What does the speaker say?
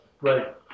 Right